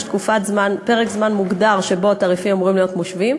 יש פרק זמן מוגדר שבו התעריפים אמורים להיות מושווים.